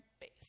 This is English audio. base